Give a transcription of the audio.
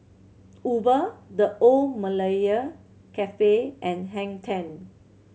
mUber The Old Malaya Cafe and Hang Ten